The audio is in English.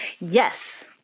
Yes